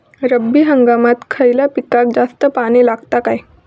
रब्बी हंगामात खयल्या पिकाक जास्त पाणी लागता काय?